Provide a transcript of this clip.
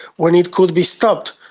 when it could be stopped,